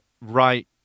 right